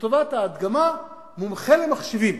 לטובת ההדגמה מומחה למחשבים